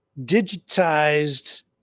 digitized